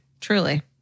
Truly